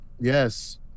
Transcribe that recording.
Yes